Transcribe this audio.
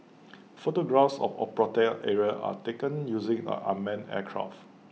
photographs of A protected area are taken using A unmanned aircraft